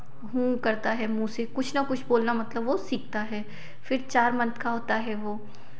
हूँ करता है मुँह से कुछ न कुछ बोलना मतलब वह सीखता है फिर चार मंथ का होता है वह